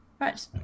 Right